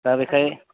दा बेखाय